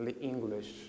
English